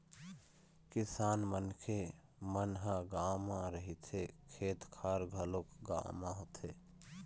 किसान मनखे मन ह गाँव म रहिथे, खेत खार घलोक गाँव म होथे